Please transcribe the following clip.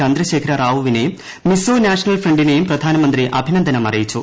ചന്ദ്രശേഖര റാവുവിനെയും മിസോ നാഷണൽ ഫ്രണ്ടിനെയും പ്രധാനമന്ത്രി അഭിനന്ദനം അറിയിച്ചു